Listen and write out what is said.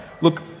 look